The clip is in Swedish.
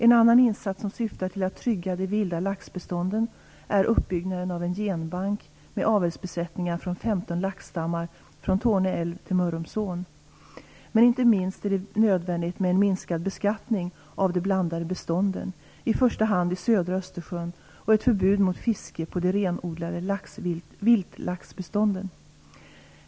En annan insats som syftar till att trygga de vilda laxbestånden är uppbyggnaden av en genbank med avelsbesättningar från 15 laxstammar från Torne älv till Mörrumsån. Men inte minst är det nödvändigt med en minskad beskattning av de blandade bestånden, i första hand i södra Östersjön, och ett förbud mot fiske på de renodlade vildlaxbestånden.